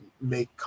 make